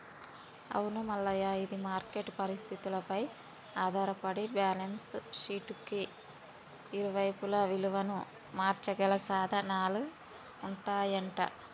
అవును మల్లయ్య ఇది మార్కెట్ పరిస్థితులపై ఆధారపడి బ్యాలెన్స్ షీట్ కి ఇరువైపులా విలువను మార్చగల సాధనాలు ఉంటాయంట